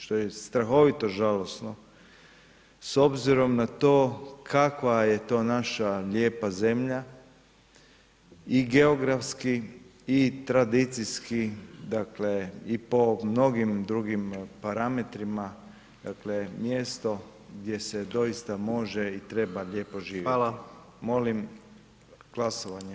Što je strahovito žalosno s obzirom na to kakva je to naša lijepa zemlja i geografski i tradicijski dakle i po mnogim drugim parametrima, dakle mjesto gdje se doista može i treba i lijepo živjeti [[Upadica: Hvala.]] Hvala, molim glasovanje.